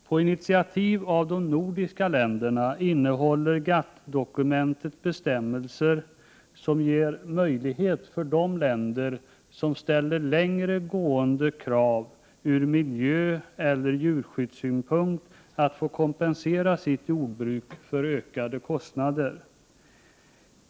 På initiativ av de nordiska länderna innehåller GATT-dokumentet be Prot. 1988/89:127 stämmelser, som ger möjlighet för de länder som ställer längre gående krav 2 juni 1989 ur miljöeller djurskyddssynpunkt att få kompensera sitt jordbruk för ökade kostnader.